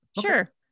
sure